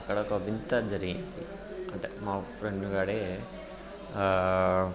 అక్కడ ఒక వింత జరిగింది అంటే మా ఫ్రెండుగాడే